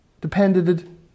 depended